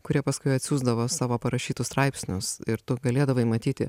kurie paskui atsiųsdavo savo parašytus straipsnius ir tu galėdavai matyti